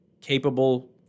capable